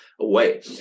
away